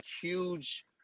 huge